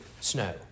snow